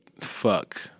Fuck